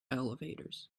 elevators